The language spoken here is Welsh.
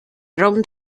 rownd